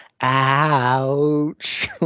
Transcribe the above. Ouch